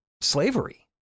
slavery